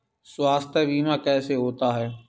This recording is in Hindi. स्वास्थ्य बीमा कैसे होता है?